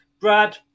Brad